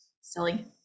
silly